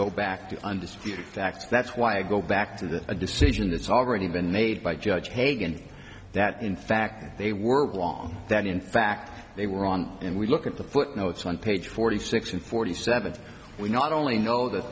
go back to undisputed facts that's why i go back to a decision that's already been made by judge hagan that in fact they were wrong that in fact they were wrong and we look at the footnotes on page forty six and forty seven we not only know that